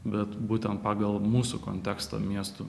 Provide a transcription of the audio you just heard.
bet būtent pagal mūsų kontekstą miestų